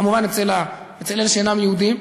כמובן אצל אלה שאינם יהודים.